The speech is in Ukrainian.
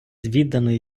відданої